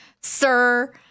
Sir